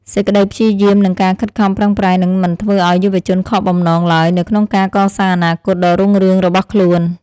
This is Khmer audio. សេចក្តីព្យាយាមនិងការខិតខំប្រឹងប្រែងនឹងមិនធ្វើឱ្យយុវជនខកបំណងឡើយនៅក្នុងការកសាងអនាគតដ៏រុងរឿងរបស់ខ្លួន។